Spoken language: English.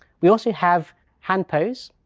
we also have hand pose.